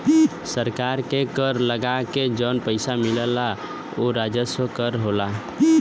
सरकार के कर लगा के जौन पइसा मिलला उ राजस्व कर होला